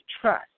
trust